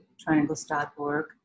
triangles.org